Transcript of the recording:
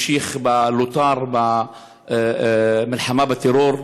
המשיך בלוט"ר, במלחמה בטרור,